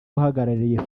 uhagarariye